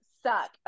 Suck